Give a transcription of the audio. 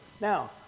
Now